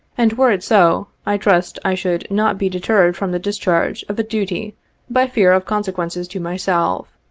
and were it so, i trust i should not be deterred from the discharge of a duty by fear of consequences to myself.